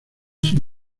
sin